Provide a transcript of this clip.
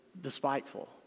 despiteful